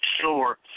sure